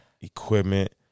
equipment